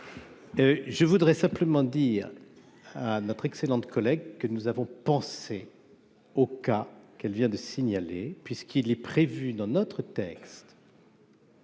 Je voudrais simplement dire à notre excellente collègue que nous avons pensé au cas qu'elle vient de signaler, puisqu'il est prévu dans notre texte.